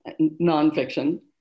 nonfiction